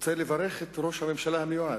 גם ראש הממשלה המיועד,